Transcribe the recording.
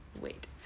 wait